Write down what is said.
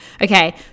Okay